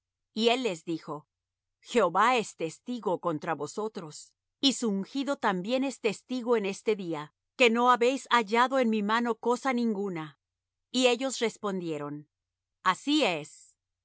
y él les dijo jehová es testigo contra vosotros y su ungido también es testigo en este día que no habéis hallado en mi mano cosa ninguna y ellos respondieron así es